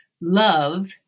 Love